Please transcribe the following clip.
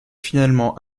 finalement